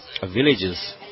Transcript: villages